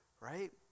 right